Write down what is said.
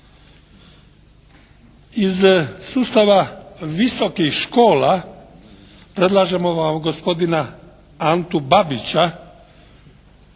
Iz sustava visokih škola predlažemo vam gospodina Antu Babića.